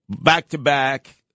back-to-back